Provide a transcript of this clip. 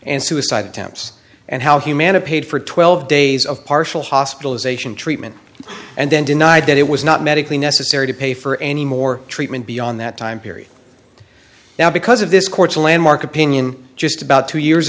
and suicide attempts and how humana paid for twelve days of partial hospitalization treatment and then denied that it was not medically necessary to pay for any more treatment beyond that time period now because of this court's landmark opinion just about two years